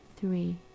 three